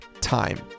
time